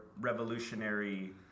revolutionary